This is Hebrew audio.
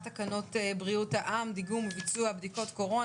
תקנות בריאות העם (דיגום וביצוע בדיקות קורונה),